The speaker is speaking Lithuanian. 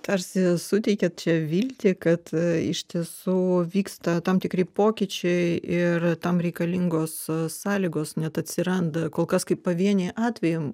tarsi suteikiat čia viltį kad iš tiesų vyksta tam tikri pokyčiai ir tam reikalingos sąlygos net atsiranda kol kas kaip pavieniai atvejai